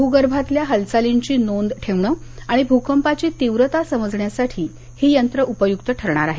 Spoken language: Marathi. भगर्भातल्या हालचालींची नोंद ठेवण आणि भकंपाची तीव्रता समजण्यासाठी ही यंत्र उपयक्त ठरणार आहेत